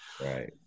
right